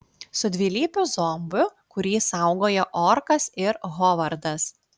su dvilypiu zombiu kurį saugojo orkas ir hovardas